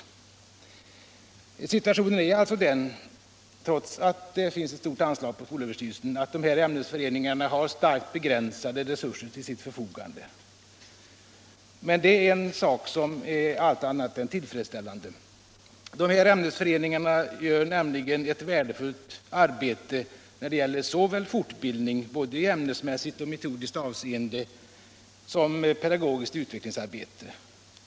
Sa omvänt ia AR Situationen är alltså den att de här ämnesföreningarna, trots att det — Om statsbidrag till finns ett stort anslag inom skolöverstyrelsen, har starkt begränsade re = skolämnesföreningsurser till sitt förfogande. Och det är allt annat än tillfredsställande. De — ar här ämnesföreningarna gör nämligen ett värdefullt arbete när det gäller såväl fortbildning — ämnesmässigt och metodiskt — som pedagogiskt utvecklingsarbete.